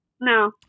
No